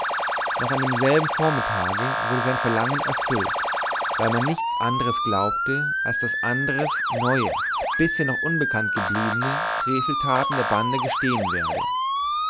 noch an demselben vormittage wurde sein verlangen erfüllt weil man nicht anders glaubte als daß andres neue bisher noch unbekannt gebliebene freveltaten der bande gestehen werde